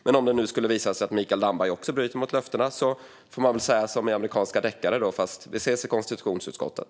Men om det nu skulle visa sig att också Mikael Damberg bryter mot löftena får man nästan säga som i amerikanska deckare: Vi ses i konstitutionsutskottet!